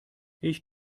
ich